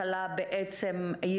שהם נכנסו לבידוד לא ייחשבו כימי מחלה ולא